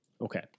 Okay